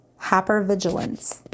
Hypervigilance